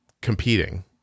competing